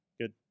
good